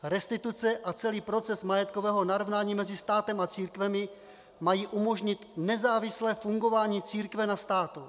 Restituce a celý proces majetkového narovnání mezi státem a církvemi mají umožnit nezávislé fungování církve na státu.